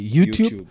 YouTube